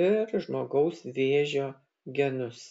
ir žmogaus vėžio genus